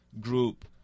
group